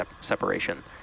separation